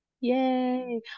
Yay